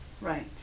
Right